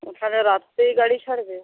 তা হলে রাত্রেই গাড়ি ছাড়বে